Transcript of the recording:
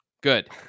Good